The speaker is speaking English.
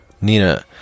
Nina